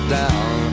down